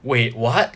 wait what